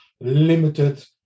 limited